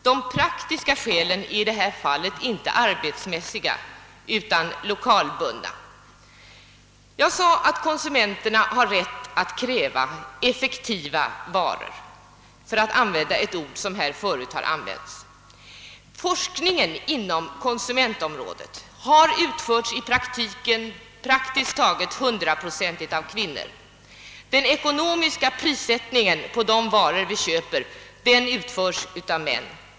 De praktiska skälen är i detta fall inte arbetsmässiga utan lokalbundna. Jag sade att konsumenterna har rätt att kräva effektiva varor — för att använda ett uttryck som här förut har använts. Forskningen inom konsumentvaruområdet har utförts praktiskt taget hundraprocentigt av kvinnor. Den ekonomiska prissättningen av de varor som köpes utförs av män.